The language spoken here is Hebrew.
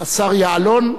השר יעלון.